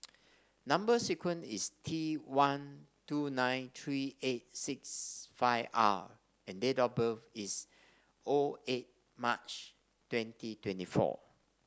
number sequence is T one two nine three eight six five R and date of birth is O eight March twenty twenty four